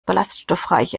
ballaststoffreiche